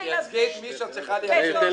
תייצגי את מי שאת צריכה לייצג, גברתי.